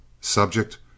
subject